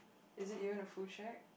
is it you want a full check